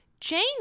Jane